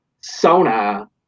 sona